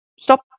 stop